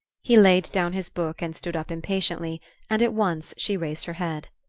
he laid down his book and stood up impatiently and at once she raised her head.